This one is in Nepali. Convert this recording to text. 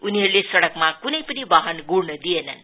उनीहरुले सड़कमा कुनै पनि वाहन गुँड़न दिएनन्